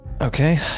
Okay